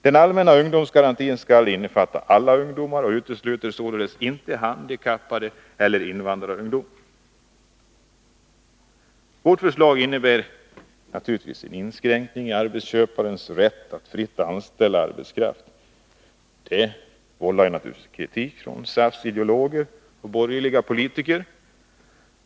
Den allmän na ungdomsgarantin skall innefatta alla ungdomar och utesluter således inte handikappade eller invandrarungdom. Vårt förslag innebär naturligtvis en inskränkning i arbetsköparnas rätt att fritt anställa arbetskraft. Det vållar givetvis kritik från SAF:s ideologer och borgerliga politiker.